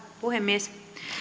puhemies